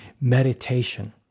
meditation